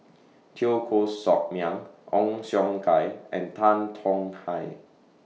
Teo Koh Sock Miang Ong Siong Kai and Tan Tong Hye